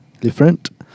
Different